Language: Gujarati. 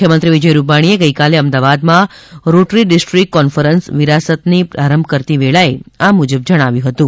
મુખ્યમંત્રી વિજય રૂપાણીએ ગઇકાલે અમદાવાદમાં રોટરી ડિસ્ટીક્ટ કોન્ફરન્સ વિરાસતને પ્રારંભ કરતી વેળાએ આ મુજબ જણાવ્યું હતું